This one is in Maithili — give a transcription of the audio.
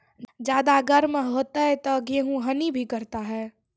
ज्यादा गर्म होते ता गेहूँ हनी भी करता है?